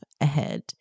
ahead